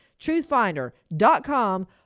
truthfinder.com